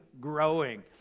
growing